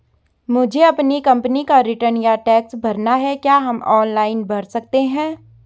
मुझे अपनी कंपनी का रिटर्न या टैक्स भरना है क्या हम ऑनलाइन भर सकते हैं?